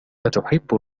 أتحب